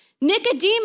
Nicodemus